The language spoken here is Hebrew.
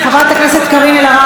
חברת הכנסת קארין אלהרר,